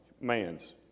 man's